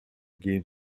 gehen